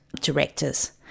directors